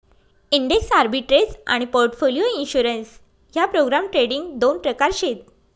index arbitrage आनी portfolio insurance ह्या programme trading दोन प्रकार शेत